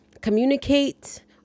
communicate